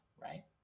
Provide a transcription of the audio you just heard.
Right